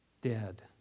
dead